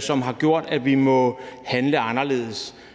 som har gjort, at vi må handle anderledes.